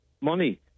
money